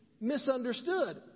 misunderstood